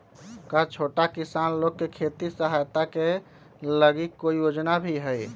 का छोटा किसान लोग के खेती सहायता के लगी कोई योजना भी हई?